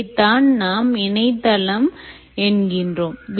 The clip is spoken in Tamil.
இதைத்தான் நாம் இணையதளம் என்கிறோம்